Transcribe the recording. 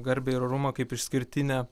garbę ir orumą kaip išskirtinę